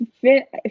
fit